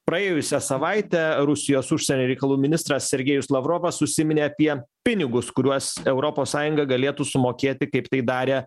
praėjusią savaitę rusijos užsienio reikalų ministras sergejus lavrovas užsiminė apie pinigus kuriuos europos sąjunga galėtų sumokėti kaip tai darė